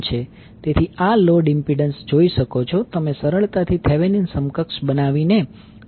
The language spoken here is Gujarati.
તેથી તમે આ લોડ ઇમ્પિડન્સ જોઈ શકો છો તમે સરળતાથી થેવેનીન સમકક્ષ બનાવીને શોધી શકો છો